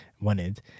wanted